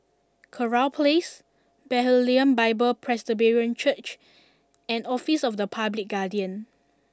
Kurau Place Bethlehem Bible Presbyterian Church and Office of the Public Guardian